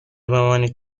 بمانید